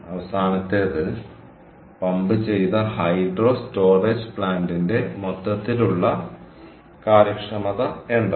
അവസാനത്തേത് പമ്പ് ചെയ്ത hydro storage പ്ലാന്റിന്റെ മൊത്തത്തിലുള്ള കാര്യക്ഷമത എന്താണ്